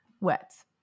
wets